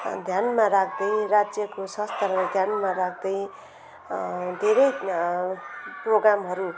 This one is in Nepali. ध्यानमा राख्दै राज्यको स्वास्थ्यलाई ध्यानमा राख्दै धेरै प्रोग्रामहरू है